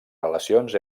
relacions